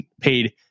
paid